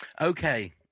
Okay